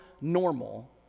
normal